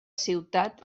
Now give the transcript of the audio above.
ciutat